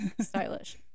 stylish